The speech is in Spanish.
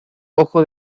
ojo